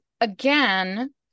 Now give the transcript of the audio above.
again